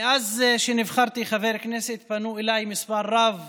מאז שנבחרתי לחבר כנסת פנו אליי מספר רב